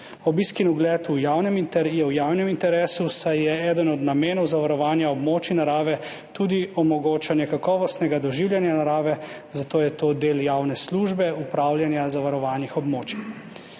Obisk in ogled je v javnem interesu, saj je eden od namenov zavarovanja območij narave tudi omogočanje kakovostnega doživljanja narave, zato je to del javne službe upravljanja zavarovanih območij.